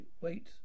wait